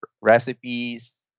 recipes